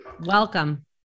Welcome